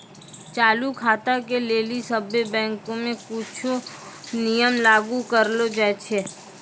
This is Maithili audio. चालू खाता के लेली सभ्भे बैंको मे कुछो नियम लागू करलो जाय छै